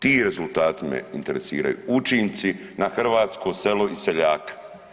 Ti rezultati me interesiraju, učinci na hrvatsko selo i seljaka.